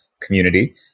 community